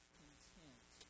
content